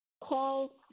call